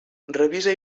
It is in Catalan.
revisa